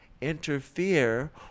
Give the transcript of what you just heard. interfere